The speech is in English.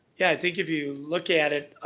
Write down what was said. yeah, i think if you look at it,